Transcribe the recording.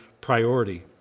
priority